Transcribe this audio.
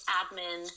admin